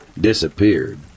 disappeared